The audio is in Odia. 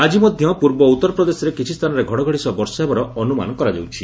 ଆକି ମଧ୍ୟ ପୂର୍ବ ଉତ୍ତରପ୍ରଦେଶରେ କିଛି ସ୍ଥାନରେ ଘଡ଼ଘଡ଼ି ସହ ବର୍ଷା ହେବାର ଅନୁମାନ କରାଯାଉଛି